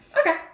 Okay